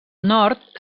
nord